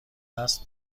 است